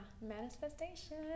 Manifestation